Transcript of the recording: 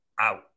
out